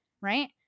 right